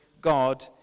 God